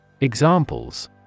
Examples